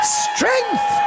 strength